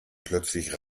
plötzlich